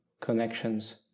connections